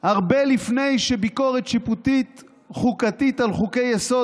הרבה לפני שביקורת שיפוטית חוקתית על חוקי-יסוד